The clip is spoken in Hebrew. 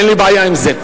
אין לי בעיה עם זה,